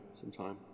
sometime